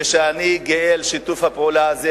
ואני גאה על שיתוף הפעולה הזה,